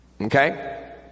okay